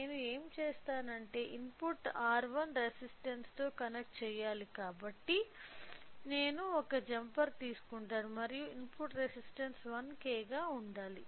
నేను ఏమి చేస్తాను అంటే ఇన్పుట్ R1 రెసిస్టన్స్స్ తో కనెక్ట్ చెయ్యాలి కాబట్టి నేను ఒక జంపర్ తీసుకుంటాను మరియు ఇన్పుట్ రెసిస్టన్స్స్ 1K గా ఉండాలి